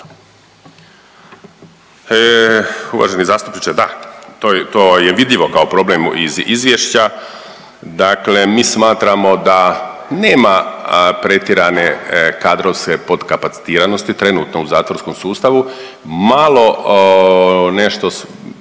Uvaženi zastupniče da, to je, to je vidljivo kao problem iz izvješća. Dakle mi smatramo da nema pretjerane kadrovske potkapacitiranosti trenutno u zatvorskom sustavu, malo nešto